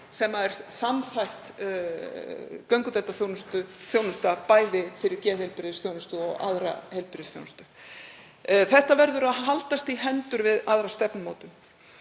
sem er samþætt göngudeildarþjónusta, bæði fyrir geðheilbrigðisþjónustu og aðra heilbrigðisþjónustu. Þetta verður að haldast í hendur við aðra stefnumótun.